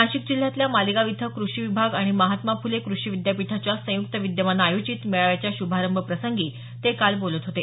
नाशिक जिल्ह्यातल्या मालेगाव इथं कृषी विभाग आणि महात्मा फुले कृषी विद्यापीठाच्या संयुक्त विद्यमाने आयोजीत मेळाव्याच्या श्भारंभ प्रसंगी ते काल बोलत होते